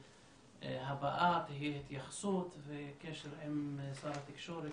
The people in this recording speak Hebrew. הבאה תהיה התייחסות וקשר עם שר התקשורת,